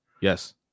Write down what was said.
Yes